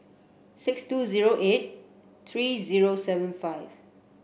six two zero eight three zero seven five